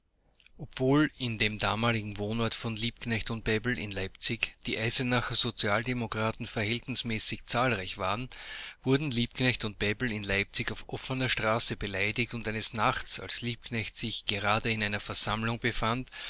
obwohl in dem damaligen wohnort von liebknecht und bebel in leipzig die eisenacher sozialdemokraten verhältnismäßig zahlreich waren wurden liebknecht und bebel in leipzig auf offener straße behelligt und eines nachts als liebknecht sich gerade in einer versammlung befand